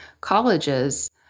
colleges